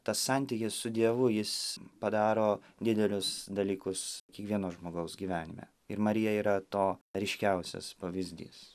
tas santykis su dievu jis padaro didelius dalykus kiekvieno žmogaus gyvenime ir marija yra to ryškiausias pavyzdys